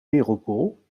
wereldbol